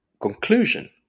conclusion